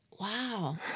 Wow